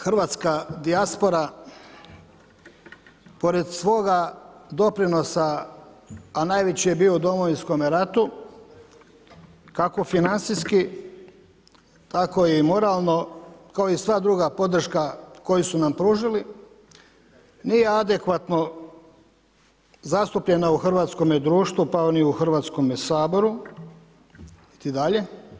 Hrvatska dijaspora pored svoga doprinosa, a najveći je bio u Domovinskom ratu kako financijski, tako i moralno kao i sva druga podrška koju su nam pružili, nije adekvatno zastupljena u hrvatskom društvu pa ni u Hrvatskom saboru niti dalje.